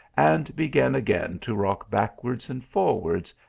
and began again to rock backwards and forwards,